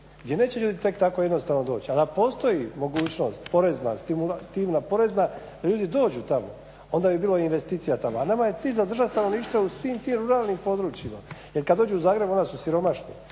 gdje neće ljudi tek tako jednostavno doći. Ali da postoji mogućnost porezna stimulativna da ljudi dođu tamo onda bi bilo i investicija tamo. A nama je cilj zadržati stanovništvo u svim tim ruralnim područjima. Jer kad dođu u Zagreb onda su siromašni,